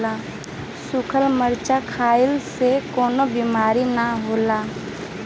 सुखल मरीचा खईला से कवनो बेमारी नाइ होला